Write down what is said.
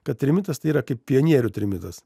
kad trimitas tai yra kaip pionierių trimitas